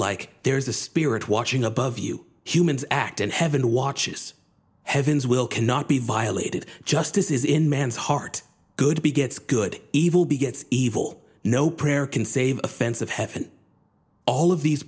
like there's a spirit watching above you humans act in heaven watches heaven's will cannot be violated justice is in man's heart good to be gets good evil begets evil no prayer can save offense of heaven all of these